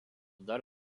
dar